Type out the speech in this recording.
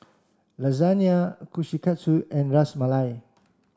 Lasagne Kushikatsu and Ras Malai